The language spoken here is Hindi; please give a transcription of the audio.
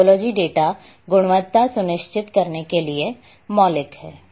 टोपोलॉजी डेटा गुणवत्ता सुनिश्चित करने के लिए मौलिक है